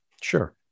sure